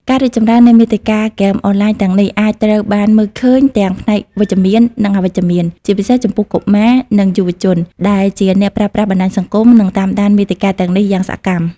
ការរីកចម្រើននៃមាតិកាហ្គេមអនឡាញទាំងនេះ អាចត្រូវបានមើលឃើញទាំងផ្នែកវិជ្ជមាន និងអវិជ្ជមាន ជាពិសេសចំពោះកុមារ និងយុវវ័យ ដែលជាអ្នកប្រើប្រាស់បណ្ដាញសង្គម និងតាមដានមាតិកាទាំងនេះយ៉ាងសកម្ម។